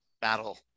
battle